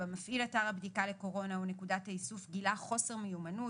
מפעיל אתר הבדיקה לקורונה או נקודת האיסוף גילה חוסר מיומנות,